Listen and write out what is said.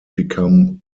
become